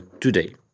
today